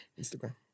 Instagram